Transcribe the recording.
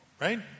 right